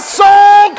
soul